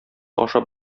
ашап